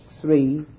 three